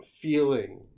feeling